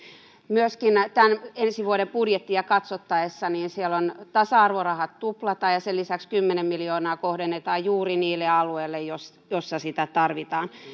myöskin ensi vuoden budjettia katsottaessa siellä tasa arvorahat tuplataan ja sen lisäksi kymmenen miljoonaa kohdennetaan juuri niille alueille joilla sitä tarvitaan kuitenkin